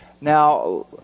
Now